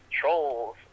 trolls